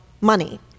money